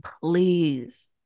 please